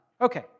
Okay